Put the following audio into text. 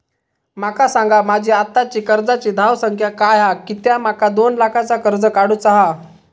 माका सांगा माझी आत्ताची कर्जाची धावसंख्या काय हा कित्या माका दोन लाखाचा कर्ज काढू चा हा?